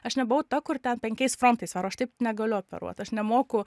aš nebuvau ta kur ten penkiais frontais varo aš taip negaliu operuot aš nemoku